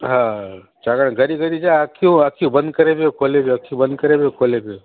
हा छाकाणि घड़ी घड़ी छा अखियूं अखियूं बंदि करे पियो खोले पियो अखियूं बंदि करे पियो खोले पियो